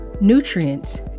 nutrients